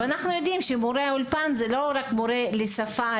אנו יודעים שמורי אולפן זה לא רק מורים לשפה,